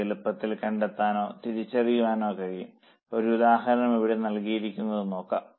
ഇത് എളുപ്പത്തിൽ കണ്ടെത്താനോ തിരിച്ചറിയാനോ കഴിയും ഒരു ഉദാഹരണം ഇവിടെ നൽകിയിരിക്കുന്നത് നോക്കാം